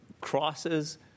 crosses